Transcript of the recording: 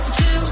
two